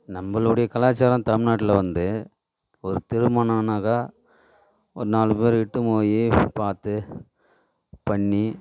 நம்மளுடைய கலாச்சாரம் தமிழ்நாட்டுல வந்து ஒரு திருமணம்னாக்கா ஒரு நாலு பேர் இட்டுனு போய் பார்த்து பண்ணி